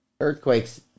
earthquakes